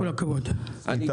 הוא